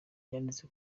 yanditse